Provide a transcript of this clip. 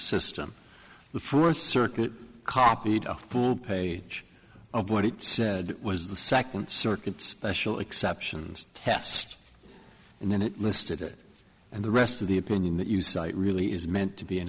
system the fourth circuit copied a full page of what it said was the second circuit special exceptions test and then it listed it and the rest of the opinion that you cite really is meant to be an